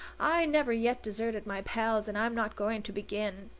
i never yet deserted my pals, and i'm not going to begin.